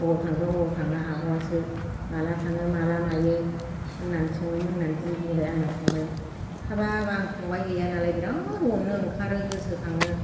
बबाव थांदों बबाव थाङा आब'आसो माला थाङो माला मायो होननानै सोङोमोन होननानै जि बुंबाय आंना फंबाया हाबाब आं फंबाय गैया नालाय बिराद अननो ओंखारो गोसो खाङो